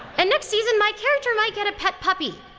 and next season my character might get a pet puppy.